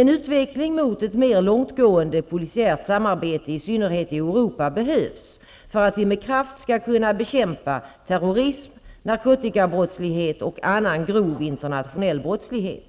En utveckling mot ett mer långtgående polisiärt samarbete i synnerhet i Europa behövs för att vi med kraft skall kunna bekämpa terrorism, narkotikabrottslighet och annan grov internationell brottslighet.